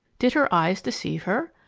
did her eyes deceive her?